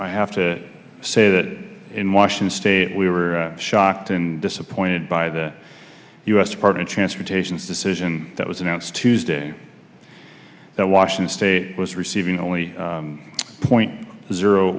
i have to say that in washington state we were shocked and disappointed by the u s department of transportation's decision that was announced tuesday that washington state was receiving only point zero